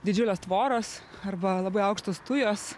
didžiulės tvoros arba labai aukštos tujos